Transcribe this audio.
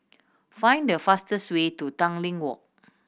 find the fastest way to Tanglin Walk